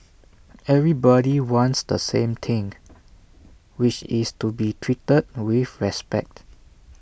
everybody wants the same thing which is to be treated with respect